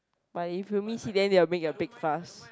but if you miss it then they'll make a big fuss